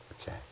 Okay